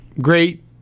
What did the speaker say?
Great